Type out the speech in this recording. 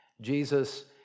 Jesus